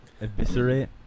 Eviscerate